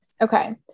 Okay